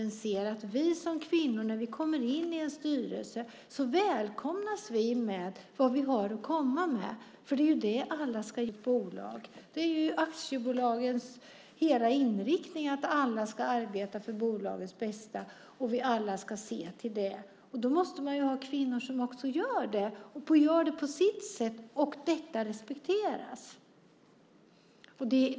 När vi som kvinnor kommer in i en styrelse måste vi välkomnas med vad vi har att komma med. Det är det alla ska göra i en styrelse för ett bolag. Aktiebolagens hela inriktning är att alla ska arbeta för och se till bolagens bästa. Då måste man ha kvinnor som också gör det, och gör det på sitt sätt. Detta ska respekteras.